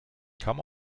come